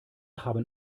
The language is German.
haben